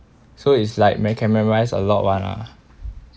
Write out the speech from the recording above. so it's like me~ can memorise a lot [one] ah